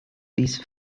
these